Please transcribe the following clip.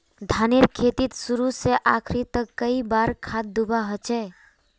धानेर खेतीत शुरू से आखरी तक कई बार खाद दुबा होचए?